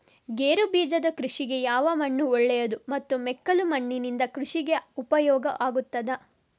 ಗೇರುಬೀಜದ ಕೃಷಿಗೆ ಯಾವ ಮಣ್ಣು ಒಳ್ಳೆಯದು ಮತ್ತು ಮೆಕ್ಕಲು ಮಣ್ಣಿನಿಂದ ಕೃಷಿಗೆ ಉಪಯೋಗ ಆಗುತ್ತದಾ?